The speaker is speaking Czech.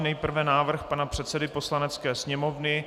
Nejprve návrh pana předsedy Poslanecké sněmovny.